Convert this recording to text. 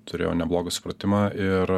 turiu jau neblogą supratimą ir